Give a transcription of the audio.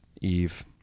Eve